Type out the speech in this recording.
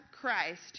Christ